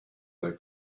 they